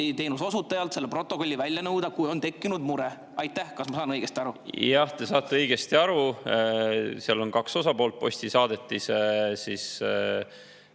osutajalt selle protokolli välja nõuda, kui on tekkinud mure. Kas ma saan õigesti aru? Jah, te saate õigesti aru. Seal on kaks osapoolt: postiettevõtte